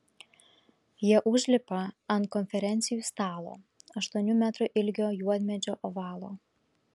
jie užlipa ant konferencijų stalo aštuonių metrų ilgio juodmedžio ovalo